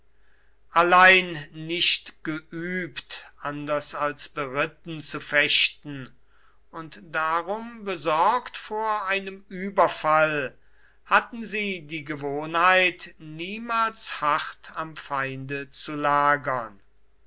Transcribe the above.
allein nicht geübt anders als beritten zu fechten und darum besorgt vor einem überfall hatten sie die gewohnheit niemals hart am feinde zu lagern